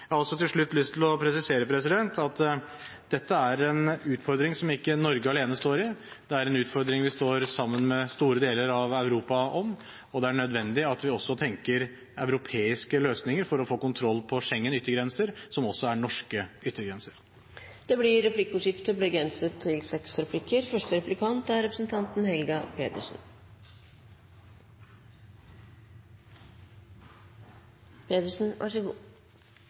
lyst til å presisere at dette er en utfordring som ikke Norge alene står i. Det er en utfordring vi står sammen med store deler av Europa om, og det er nødvendig at vi også tenker europeiske løsninger for å få kontroll over Schengens yttergrenser, som også er norske yttergrenser. Det blir replikkordskifte.